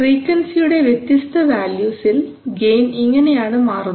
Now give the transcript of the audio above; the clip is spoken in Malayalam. ഫ്രീക്വൻസിയുടെ വ്യത്യസ്ത വാല്യൂസിൽ ഗെയിൻ ഇങ്ങനെയാണ് മാറുന്നത്